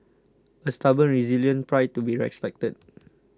a stubborn resilient pride to be respected